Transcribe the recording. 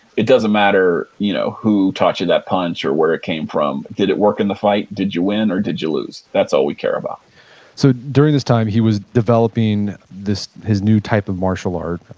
it doesn't matter you know who taught you that punch or where it came from. did it work in the fight? did you win or did you lose? that's all we care about so, during this time he was developing his his new type of martial art.